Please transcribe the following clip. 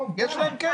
יש להם כסף -- אני בעד.